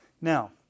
Now